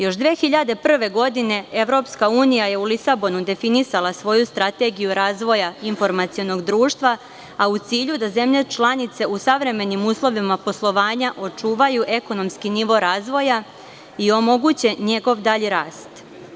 Još 2001. godine EU je u Lisabonu definisala svoju strategiju razvoja informacionog društva, a u cilju da zemlje članice u savremenim uslovima poslovanja očuvaju ekonomski nivo razvoja i omoguće njegov dalji rast.